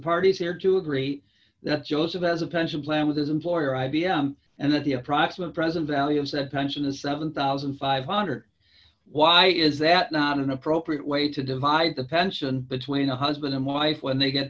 parties here to agree that joseph as a pension plan with his employer i b m and that the approximate present value of that pension is seven thousand five hundred why is that not an appropriate way to divide the pension between a husband and wife when they get